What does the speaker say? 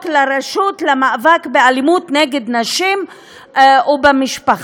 לרשות למאבק באלימות נגד נשים ובמשפחה,